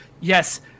yes